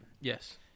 Yes